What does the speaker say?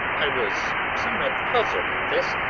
i was somewhat puzzled at this,